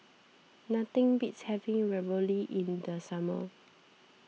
nothing beats having Ravioli in the summer